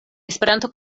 esperanto